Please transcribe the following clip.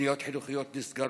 תוכניות חינוכיות נסגרות,